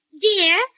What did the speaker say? dear